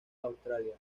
australia